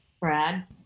Brad